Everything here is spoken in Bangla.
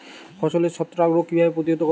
ফসলের ছত্রাক রোগ কিভাবে প্রতিহত করব?